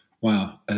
wow